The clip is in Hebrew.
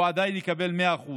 הוא עדיין יקבל 100%,